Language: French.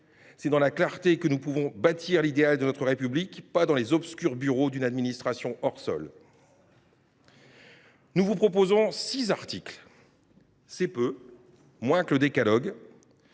C’est dans la clarté que nous pouvons bâtir l’idéal de notre République, pas dans les obscurs bureaux d’une administration hors sol ! Mes chers collègues, nous vous proposons six articles. C’est peu, moins que le Décalogue…